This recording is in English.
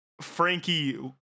Frankie